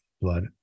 blood